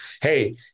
hey